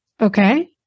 Okay